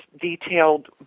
detailed